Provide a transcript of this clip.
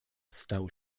stał